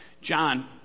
John